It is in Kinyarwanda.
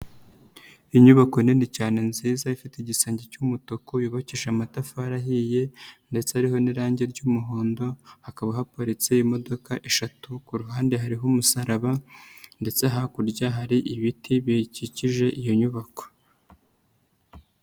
Inyubako nini cyane nziza ifite igisenge cy'umutuku, yubakisha amatafari ahiye ndetse hariho n'irangi ry'umuhondo, hakaba haparitse imodoka eshatu ku ruhande hariho umusaraba ndetse hakurya hari ibiti bikikije iyo nyubako.